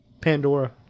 Pandora